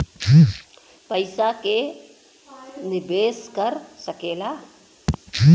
पइसा के निवेस कर सकेला